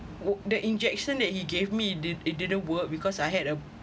the injection that he gave me it didn't it didn't work because I had a